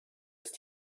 ist